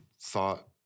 thought